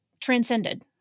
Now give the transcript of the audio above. transcended